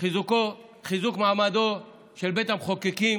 חיזוק מעמדו של בית המחוקקים